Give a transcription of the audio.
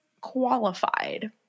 qualified